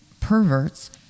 perverts